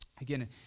Again